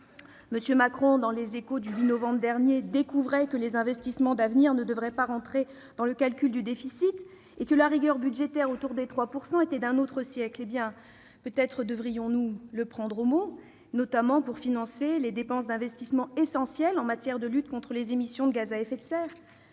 M. Macron, dans du 8 novembre dernier, découvrait que les investissements d'avenir ne devraient pas entrer dans le calcul du déficit et que la rigueur budgétaire, organisée autour de la règle des 3 % de déficit, était d'un autre siècle. Peut-être devrions-nous le prendre au mot, notamment quand il s'agit de financer les dépenses d'investissement essentielles en matière de lutte contre les émissions de gaz à effet de serre